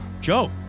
Joe